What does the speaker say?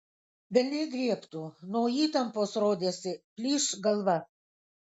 velniai griebtų nuo įtampos rodėsi plyš galva